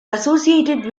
associated